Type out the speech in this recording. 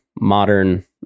modern